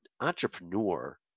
entrepreneur